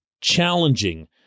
challenging